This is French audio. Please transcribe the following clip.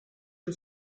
que